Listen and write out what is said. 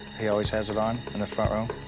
he always has it on in the front room.